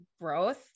growth